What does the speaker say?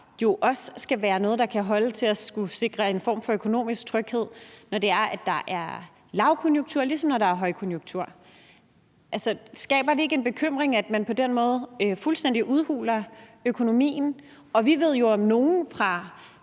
jo også skal være noget, der kan holde til at skulle sikre en form for økonomisk tryghed, når der er lavkonjunktur, ligesom når der er højkonjunktur? Altså, skaber det ikke en bekymring, at man på den måde fuldstændig udhuler økonomien? Og fra